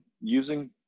Using